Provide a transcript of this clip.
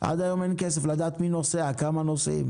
עד היום אין כסף לדעת מי נוסע, כמה נוסעים.